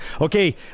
Okay